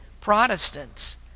Protestants